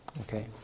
okay